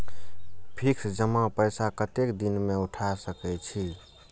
Fix जमा पैसा कतेक दिन में उठाई सके छी?